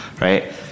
right